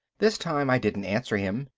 this time i didn't answer him,